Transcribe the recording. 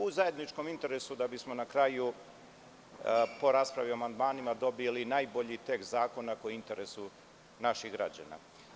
U zajedničkom je interesu da bismo na kraju po raspravi o amandmanima dobili najbolji tekst zakon koji je u interesu naših građana.